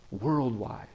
worldwide